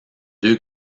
deux